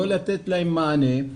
לא לתת להם מענה.